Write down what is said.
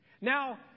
Now